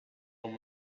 one